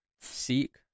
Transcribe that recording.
Seek